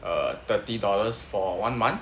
err thirty dollars for one month